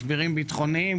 משברים ביטחוניים,